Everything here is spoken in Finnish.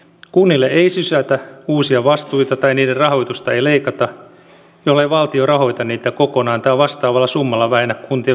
kunnille ei sysätä uusia vastuita tai niiden rahoitusta ei leikata jollei valtio rahoita niitä kokonaan tai vastaavalla summalla vähennä kuntien velvoitteita